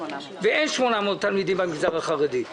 ואין 800 תלמידים במגזר החרדי.